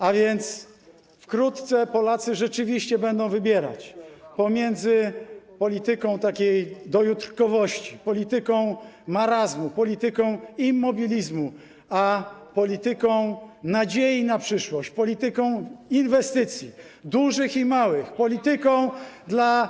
A więc wkrótce Polacy rzeczywiście będą wybierać pomiędzy polityką takiej dojutrkowości, polityką marazmu, polityką immobilizmu a polityką nadziei na przyszłość, polityką inwestycji dużych i małych... 1 mln mieszkań.